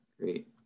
great